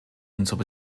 unsere